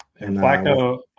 Flacco